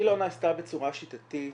היא לא נעשתה בצורה שיטתית,